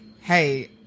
hey